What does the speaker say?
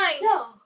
No